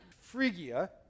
Phrygia